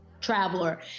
traveler